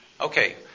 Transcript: Okay